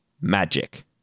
magic